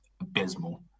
abysmal